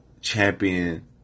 champion